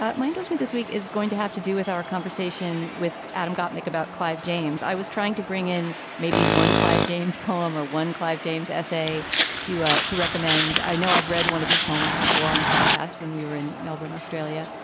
ah my endorsement this week is going to have to do with our conversation with adam gopnik about clive james. i was trying to bring in maybe one clive james poem or one clive james essay to ah to recommend. i know i've read one of his poems before on the podcast when we were in melbourne, australia,